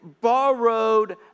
borrowed